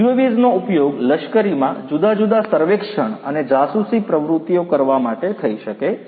UAVs નો ઉપયોગ લશ્કરીમાં જુદા જુદા સર્વેક્ષણ અને જાસૂસી પ્રવૃત્તિઓ કરવા માટે થઈ શકે છે